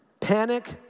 panic